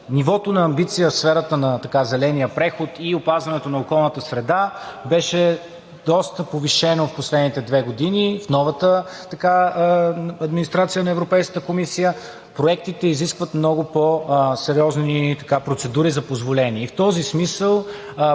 Нивото на амбиция в сферата на зеления преход и опазването на околната среда беше доста повишено в последните две години. В новата администрация на Европейската комисия проектите изискват много по-сериозни процедури за позволение.